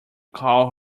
call